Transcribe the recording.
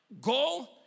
Go